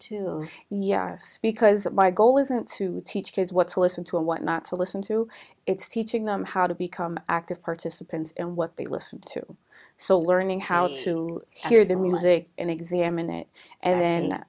two year us because my goal isn't to teach kids what to listen to and what not to listen to it's teaching them how to become active participants in what they listen to so learning how to hear the music and examine it and then